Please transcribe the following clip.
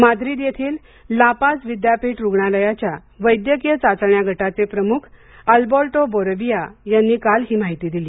Madrid येथील La Paz विद्यापीठ रुग्णालयाच्या वैद्यकिय चाचण्या गटाचे प्रमुख अल्बोरतो बोरोबिआ यांनी काल ही माहिती दिली